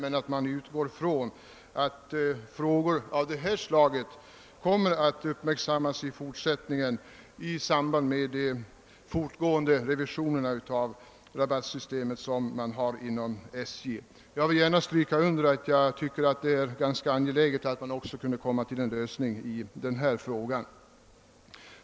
Utskottet utgår emellertid från att frågor av detta slag kommer att uppmärksammas i samband med de fortlöpande revisionerna av rabattsystemet inom SJ. Jag vill gärna stryka under att jag anser det ganska angeläget att man också kunde komma till en lösning i denna fråga.